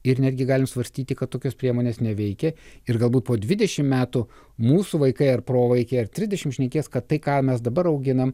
ir netgi galim svarstyti kad tokios priemonės neveikia ir galbūt po dvidešimt metų mūsų vaikai ar provaikiai ar trisdešimt šnekės kad tai ką mes dabar auginam